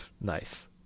nice